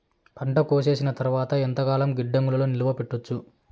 పంట కోసేసిన తర్వాత ఎంతకాలం గిడ్డంగులలో నిలువ పెట్టొచ్చు?